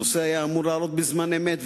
הנושא היה אמור להעלות בזמן אמת,